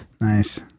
Nice